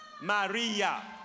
Maria